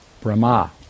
Brahma